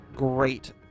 Great